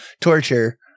torture